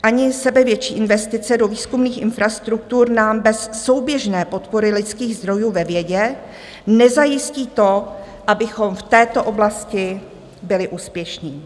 Ani sebevětší investice do výzkumných infrastruktur nám bez souběžné podpory lidských zdrojů ve vědě nezajistí to, abychom v této oblasti byli úspěšní.